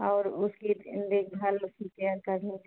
और उसकी देख भाल क्या करनी है